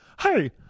Hey